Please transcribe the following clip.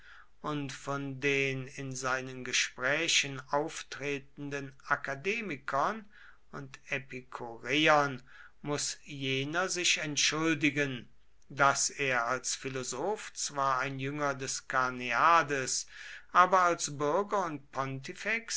und von den in seinen gesprächen auftretenden akademikern und epikureern muß jener sich entschuldigen daß er als philosoph zwar ein jünger des karneades aber als bürger und